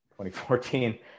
2014